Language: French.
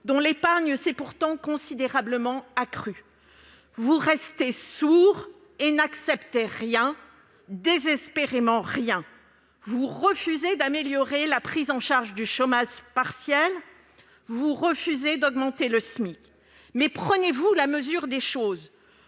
dont l'épargne s'est pourtant considérablement accrue. Vous restez sourds et n'acceptez rien- désespérément rien. Vous refusez d'améliorer la prise en charge du chômage partiel comme d'augmenter le SMIC. Prenez-vous la mesure des choses